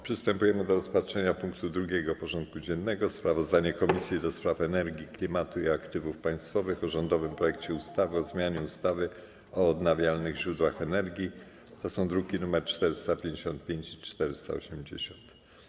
Przystępujemy do rozpatrzenia punktu 2. porządku dziennego: Sprawozdanie Komisji do Spraw Energii, Klimatu i Aktywów Państwowych o rządowym projekcie ustawy o zmianie ustawy o odnawialnych źródłach energii (druki nr 455 i 480)